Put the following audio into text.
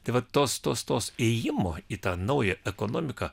tai vat tos tos tos įėjimo į tą naują ekonomiką